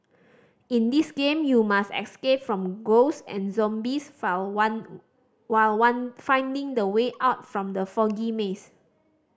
in this game you must escape from ghost and zombies file one while one finding the way out from the foggy maze